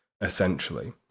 essentially